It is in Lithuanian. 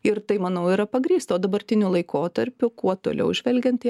ir tai manau yra pagrįsta o dabartiniu laikotarpiu kuo toliau žvelgiant į